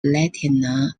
latina